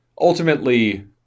ultimately